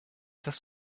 das